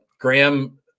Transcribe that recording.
Graham